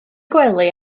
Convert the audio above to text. gwely